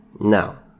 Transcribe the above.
Now